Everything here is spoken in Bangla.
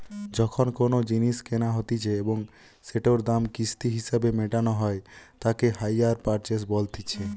যখন কোনো জিনিস কেনা হতিছে এবং সেটোর দাম কিস্তি হিসেবে মেটানো হই তাকে হাইয়ার পারচেস বলতিছে